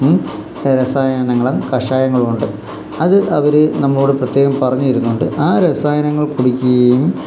രസായനങ്ങള് കഷായങ്ങളുണ്ട് അത് അവര് നമ്മോടു പ്രത്യേകം പറഞ്ഞുതരുന്നുണ്ട് ആ രസായനങ്ങൾ കുടിക്കുകയും